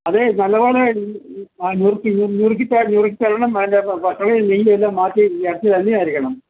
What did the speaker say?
അതെ നല്ലപോലെ ആ നുറുക്കി നുറുക്കിത്തരണം അതിൻ്റെ പത്തളേം നൈയ്യുമെല്ലാം മാറ്റി ഇറച്ചി തന്നെ ആയിരിക്കണം